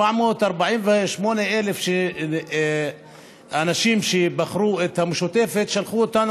448,000 האנשים שבחרו את המשותפת שלחו אותנו